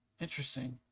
interesting